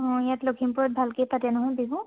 অঁ ইয়াত লখিমপুৰত ভালকে পাতে নহয় বিহু